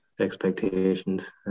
expectations